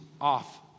off